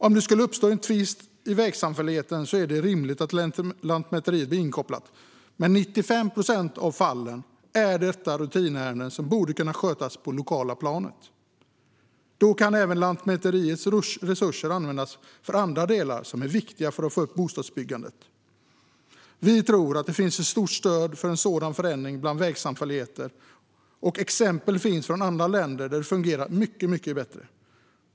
Om det skulle uppstå en tvist i vägsamfälligheten är det rimligt att Lantmäteriet blir inkopplat, men i 95 procent av fallen är det fråga om rutinärenden som borde kunna skötas på det lokala planet. Då kan Lantmäteriets resurser användas för andra delar som är viktiga för att öka bostadsbyggandet. Vi tror att det finns ett stort stöd för en sådan förändring bland vägsamfälligheter. Exempel finns från andra länder där det fungerar mycket bättre.